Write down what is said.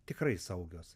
tikrai saugios